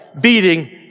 beating